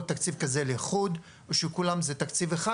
תקציב כזה לחוד או שכולם זה תקציב אחד,